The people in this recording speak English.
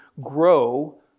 grow